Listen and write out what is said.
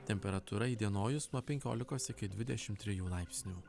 temperatūra įdienojus nuo penkiolikos iki dvidešim trijų laipsnių